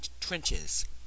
trenches